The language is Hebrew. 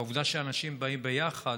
העובדה שאנשים באים ביחד,